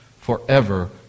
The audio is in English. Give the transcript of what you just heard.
forever